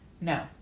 No